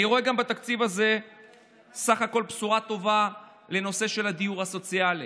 אני רואה בתקציב הזה גם בסך הכול בשורה טובה בנושא של הדיור הסוציאלי.